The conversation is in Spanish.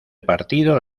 partido